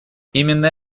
именно